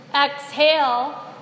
Exhale